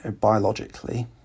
biologically